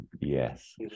yes